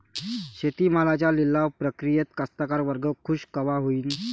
शेती मालाच्या लिलाव प्रक्रियेत कास्तकार वर्ग खूष कवा होईन?